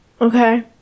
Okay